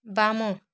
ବାମ